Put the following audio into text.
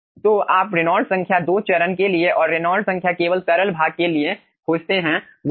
तो आप रेनॉल्ड्स संख्या को दो चरण के लिए और रेनॉल्ड्स संख्या केवल तरल भाग के लिए खोजते हैं वे समान हैं